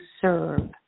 serve